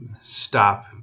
Stop